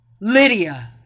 Lydia